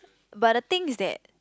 but the thing is that